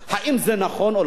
האם זה נכון או לא נכון.